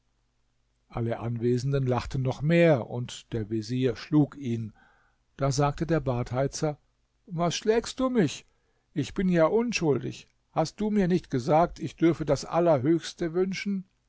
alle anwesenden lachten noch mehr und der vezier schlug ihn da sagte der badheizer was schlägst du mich ich bin ja unschuldig hast du mir nicht gesagt ich dürfe das allerhöchste wünschen